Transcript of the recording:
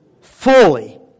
Fully